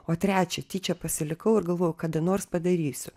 o trečią tyčia pasilikau ir galvojau kada nors padarysiu